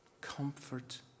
Comfort